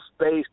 space